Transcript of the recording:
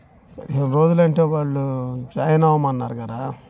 పదిహేను రోజులు అంటే వాళ్ళు జాయిన్ అవ్వమన్నారు కాదా